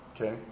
okay